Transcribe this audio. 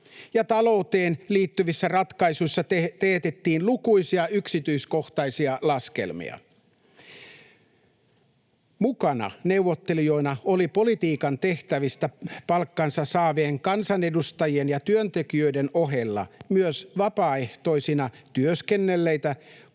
ja talouteen liittyvissä ratkaisuissa teetettiin lukuisia yksityiskohtaisia laskelmia. Mukana neuvottelijoina oli politiikan tehtävistä palkkansa saavien kansanedustajien ja työntekijöiden ohella myös vapaaehtoisina työskennelleitä